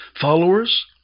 Followers